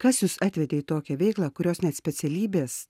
kas jus atvedė į tokią veiklą kurios net specialybės